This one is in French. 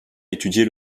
étudier